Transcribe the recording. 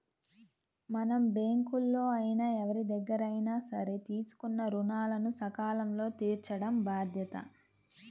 మనం బ్యేంకుల్లో అయినా ఎవరిదగ్గరైనా సరే తీసుకున్న రుణాలను సకాలంలో తీర్చటం బాధ్యత